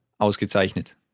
Ausgezeichnet